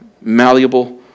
malleable